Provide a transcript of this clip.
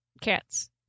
cats